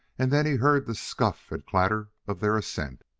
and then he heard the scuff and clatter of their ascent.